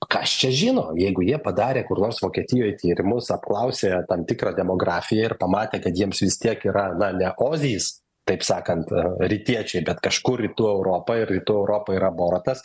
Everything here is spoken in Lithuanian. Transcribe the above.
kas čia žino jeigu jie padarė kur nors vokietijoj tyrimus apklausė tam tikrą demografiją ir pamatė kad jiems vis tiek yra na ne kozys taip sakant rytiečiai bet kažkur rytų europa ir rytų europoj yra boratas